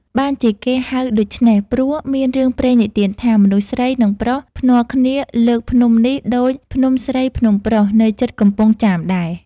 បានជាគេហៅដូច្នេះ ព្រោះមានរឿងព្រេងនិទានថា មនុស្សស្រី និង ប្រុស ភ្នាល់គ្នាលើកភ្នំនេះ ដូច "ភ្នំស្រីភ្នំប្រុស" នៅជិតកំពង់ចាមដែរ